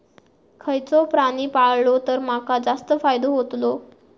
खयचो प्राणी पाळलो तर माका जास्त फायदो होतोलो?